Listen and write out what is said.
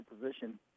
position